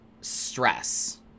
stress